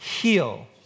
heal